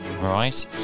right